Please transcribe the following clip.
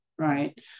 Right